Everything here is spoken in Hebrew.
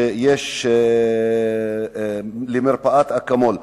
שיש למרפאה "אקמול",